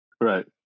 Right